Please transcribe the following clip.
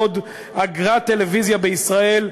עוד אגרת טלוויזיה בישראל,